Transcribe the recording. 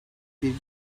bir